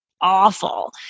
awful